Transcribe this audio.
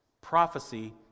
prophecy